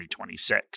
2026